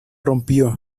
rompió